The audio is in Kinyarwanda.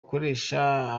gukoresha